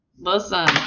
Listen